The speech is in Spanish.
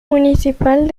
municipal